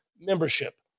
membership